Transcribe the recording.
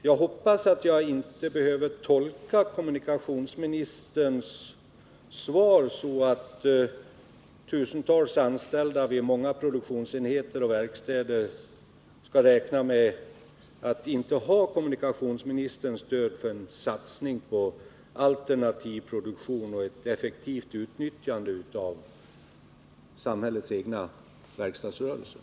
Jag hoppas att jag inte behöver tolka kommunikationsministerns svar så att tusentals anställda vid många produktionsenheter och verkstäder skall räkna med att inte ha kommunikationsministerns stöd för en satsning på alternativ produktion och ett effektivt utnyttjande av samhällets egna verkstadsrörelser.